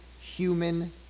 human